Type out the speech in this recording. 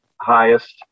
highest